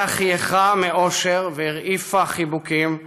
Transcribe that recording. לאה חייכה מאושר והרעיפה חיבוקים,